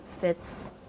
fits